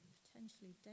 potentially